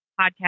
podcast